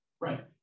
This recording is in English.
Right